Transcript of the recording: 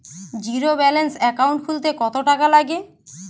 Zero balance account খুলতে কত টাকা লাগে?